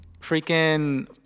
Freaking